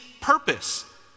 purpose